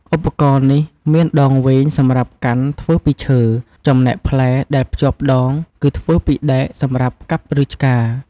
ឧបករណ៍នេះមានដងវែងសម្រាប់កាន់ធ្វើពីឈើ ចំណែកផ្លែដែលភ្ជាប់ដងគឺធ្វើពីដែកសម្រាប់កាប់ឬឆ្ការ។